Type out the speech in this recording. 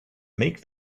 make